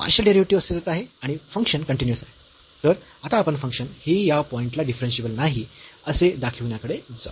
तर आता आपण फंक्शन हे या पॉईंट ला डिफरन्शियेबल नाही असे दाखविण्याकडे जाऊ